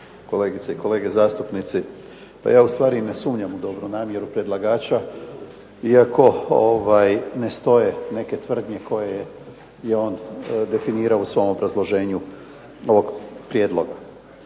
kolegice i kolege zastupnici. Pa ja u stvari i ne sumnjam u dobru namjeru predlagača iako ne stoje neke tvrdnje koje je on definirao u svom obrazloženju ovog prijedloga.